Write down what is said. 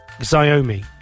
Xiaomi